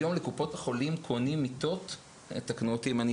לקופות החולים קונים היום מיטות תתקנו אותי אם אני